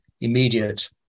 immediate